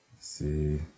see